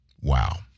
Wow